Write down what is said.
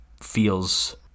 feels